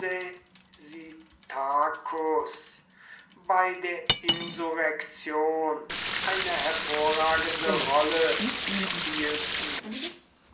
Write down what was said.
bei der insurrektion eine hervorragende rolle spielten